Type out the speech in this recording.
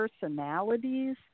personalities